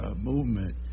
movement